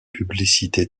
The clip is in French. publicités